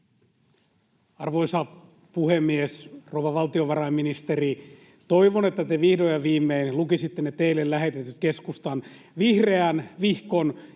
Arvoisa puhemies! Rouva valtiovarainministeri, toivon, että te vihdoin ja viimein lukisitte ne teille lähetetyt keskustan vihreän vihkon